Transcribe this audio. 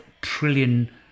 trillion